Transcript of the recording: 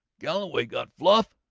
galloway got fluff!